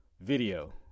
video